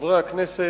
חברי הכנסת,